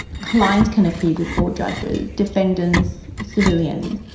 clients can appear before judges, defendants, civilians,